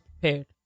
prepared